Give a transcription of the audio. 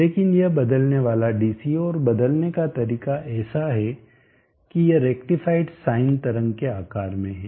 लेकिन यह बदलने वाला डीसी है और बदलने का तरीका ऐसा है कि यह रेक्टीफाईड साइन तरंग के आकार में है